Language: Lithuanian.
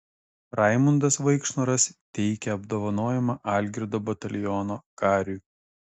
raimundas vaikšnoras teikia apdovanojimą algirdo bataliono kariui